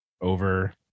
over